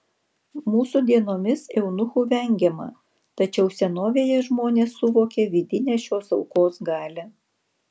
mūsų dienomis eunuchų vengiama tačiau senovėje žmonės suvokė vidinę šios aukos galią